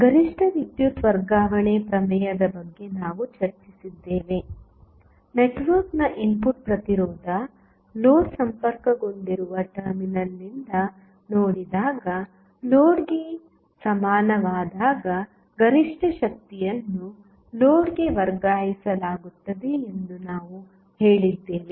ಗರಿಷ್ಠ ವಿದ್ಯುತ್ ವರ್ಗಾವಣೆ ಪ್ರಮೇಯದ ಬಗ್ಗೆ ನಾವು ಚರ್ಚಿಸಿದ್ದೇವೆ ನೆಟ್ವರ್ಕ್ನ ಇನ್ಪುಟ್ ಪ್ರತಿರೋಧ ಲೋಡ್ ಸಂಪರ್ಕಗೊಂಡಿರುವ ಟರ್ಮಿನಲ್ನಿಂದ ನೋಡಿದಾಗ ಲೋಡ್ಗೆ ಸಮಾನವಾದಾಗ ಗರಿಷ್ಠ ಶಕ್ತಿಯನ್ನು ಲೋಡ್ಗೆ ವರ್ಗಾಯಿಸಲಾಗುತ್ತದೆ ಎಂದು ನಾವು ಹೇಳಿದ್ದೇವೆ